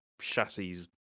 chassis